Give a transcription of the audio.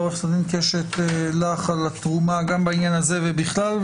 עו"ד קשת לך על התרומה גם בעניין הזה ובכלל,